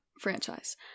franchise